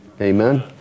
Amen